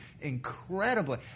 Incredibly